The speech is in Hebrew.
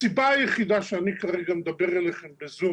הסיבה היחידה שאני כרגע מדבר אליכם בזום